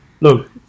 Look